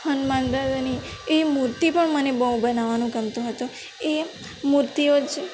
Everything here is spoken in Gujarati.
હનુમાન દાદાની એ મૂર્તિ પણ મને બહુ બનાવવાનું ગમતું હતું એ મૂર્તિઓ જ